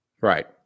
Right